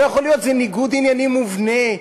זה ניגוד עניינים מובנה.